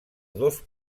dos